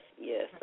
yes